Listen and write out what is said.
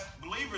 believers